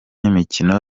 imikino